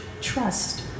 trust